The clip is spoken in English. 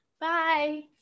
Bye